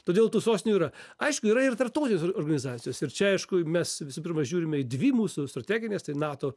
todėl tų sostinių yra aišku yra ir tarptautinės or organizacijos ir čia aišku mes visų pirma žiūrime į dvi mūsų strategines nato